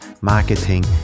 marketing